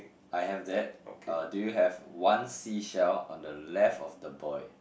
I have that uh do you have one seashell on the left of the boy